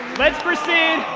let's proceed.